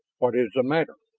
what is the matter?